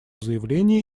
заявление